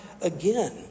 again